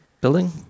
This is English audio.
Building